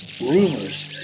rumors